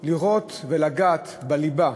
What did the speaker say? לראות ולגעת בליבה